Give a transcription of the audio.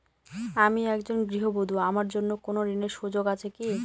আমি একজন গৃহবধূ আমার জন্য কোন ঋণের সুযোগ আছে কি?